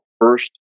first